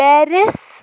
Paris